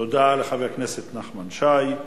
תודה לחבר הכנסת נחמן שי.